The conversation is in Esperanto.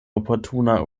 oportuna